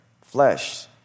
flesh